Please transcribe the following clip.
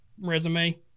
resume